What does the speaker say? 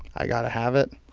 i got to have it.